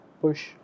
push